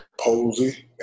Posey